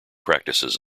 practices